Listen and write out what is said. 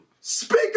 Speak